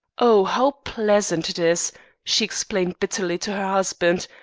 oh, how pleasant it is she explained bitterly to her husband,